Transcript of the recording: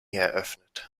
eröffnet